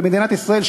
במדינת ישראל,